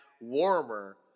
warmer